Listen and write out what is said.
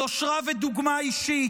יושרה ודוגמה אישית,